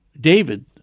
David